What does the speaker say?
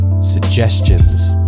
suggestions